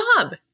job